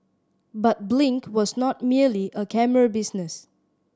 but Blink was not merely a camera business